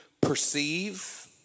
perceive